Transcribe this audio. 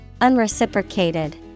Unreciprocated